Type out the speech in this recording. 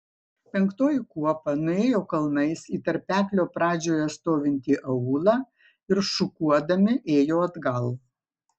penktoji kuopa nuėjo kalnais į tarpeklio pradžioje stovintį aūlą ir šukuodami ėjo atgal